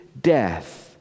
death